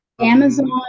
Amazon